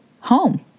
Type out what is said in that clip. home